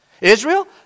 Israel